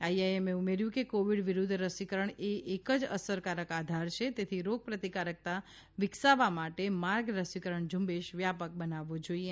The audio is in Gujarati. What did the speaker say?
આઇએમએએ ઉમેર્યું કે કોવિડ વિરુદ્ધ રસીકરણ એ એક જ અસરકારક આધાર છે તેથી રોગપ્રતિકારકતા વિકસાવવા માટે માર્ગ રસીકરણ ઝુંબેશ વ્યાપક બનાવવી જોઈએ